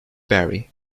barry